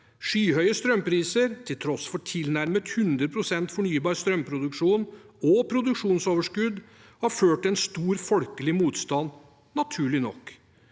Skyhøye strømpriser, til tross for tilnærmet 100 pst. fornybar strømproduksjon og produksjonsoverskudd, har ført til en stor folkelig motstand, naturlig nok.